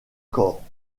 corps